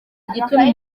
igituntu